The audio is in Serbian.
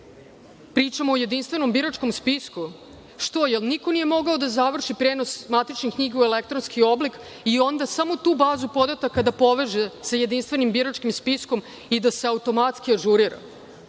Pričamo o jedinstvenom biračkom spisku. Što, jel niko nije mogao da završi prenos matičnih knjiga u elektronski oblik i onda samo tu bazu podataka da poveže sa jedinstvenim biračkim spiskom i da se automatski ažurira?